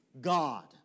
God